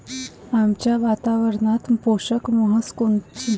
आमच्या वातावरनात पोषक म्हस कोनची?